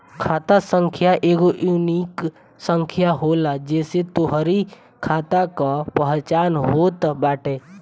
खाता संख्या एगो यूनिक संख्या होला जेसे तोहरी खाता कअ पहचान होत बाटे